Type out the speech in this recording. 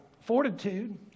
fortitude